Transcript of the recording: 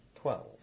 Twelve